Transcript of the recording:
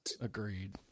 Agreed